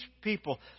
people